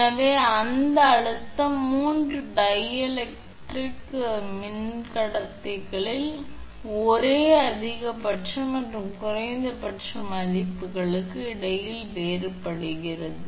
எனவே அந்த அழுத்தம் 3 டைஎலெக்ட்ரிக் மின்கடத்தாக்களில் ஒரே அதிகபட்ச மற்றும் குறைந்தபட்ச மதிப்புகளுக்கு இடையில் வேறுபடுகிறது